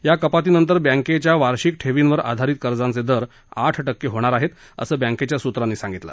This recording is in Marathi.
या कपातीनंतर बँकेच्या आहेत वार्षिक ठेवींवर आधारित कर्जांचे दर आठ टक्के होणार आहेत असं बँकेच्या सूत्रांनी सांगितलं